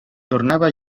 tornaba